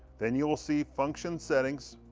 then you will see function settings,